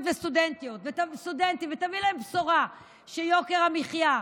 וסטודנטים ותביא להם בשורה שיוקר המחיה,